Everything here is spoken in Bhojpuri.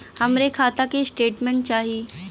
हमरे खाता के स्टेटमेंट चाही?